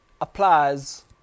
applies